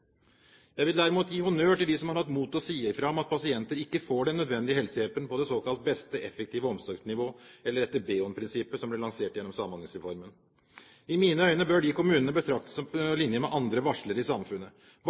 Jeg vil derimot gi honnør til dem som har hatt mot til å si fra om at pasienter ikke får den nødvendige helsehjelpen på det såkalt beste effektive omsorgsnivå, eller etter BEON-prinsippet som ble lansert gjennom Samhandlingsreformen. I mine øyne bør de kommunene betraktes på linje med andre varslere i samfunnet,